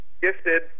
Gifted